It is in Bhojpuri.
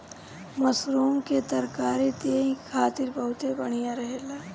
मशरूम के तरकारी देहि खातिर बहुते बढ़िया रहेला